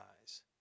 eyes